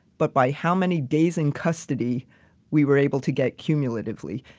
but by how many days in custody we were able to get cumulatively,